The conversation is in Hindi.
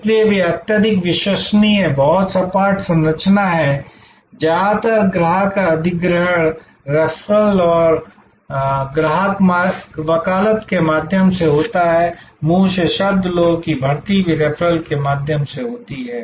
इसलिए वे अत्यधिक विश्वसनीय बहुत सपाट संरचना हैं ज्यादातर ग्राहक अधिग्रहण रेफरल और ग्राहक वकालत के माध्यम से होता है मुंह से शब्द लोगों की भर्ती भी रेफरल के माध्यम से होती है